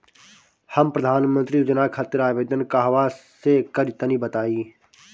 हम प्रधनमंत्री योजना खातिर आवेदन कहवा से करि तनि बताईं?